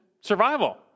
survival